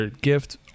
gift